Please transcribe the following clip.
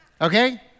okay